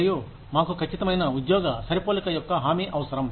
మరియు మాకు ఖచ్చితమైన ఉద్యోగ సరిపోలిక యొక్క హామీ అవసరం